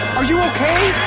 are you okay?